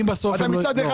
מצד אחד,